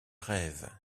rêve